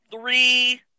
three